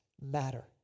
matter